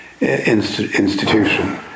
institution